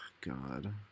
God